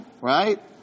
right